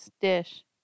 dish